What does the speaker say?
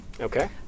Okay